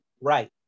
Right